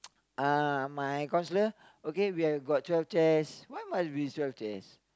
uh my counsellor okay we've got twelve chairs why must be twelve chairs